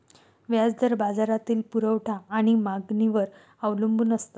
व्याज दर बाजारातील पुरवठा आणि मागणीवर अवलंबून असतो